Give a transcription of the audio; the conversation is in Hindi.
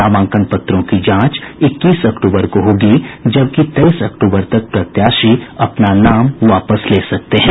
नामांकन पत्रों की जांच इक्कीस अक्टूबर को होगी जबकि तेईस अक्टूबर तक प्रत्याशी अपना नाम वापस ले सकते हैं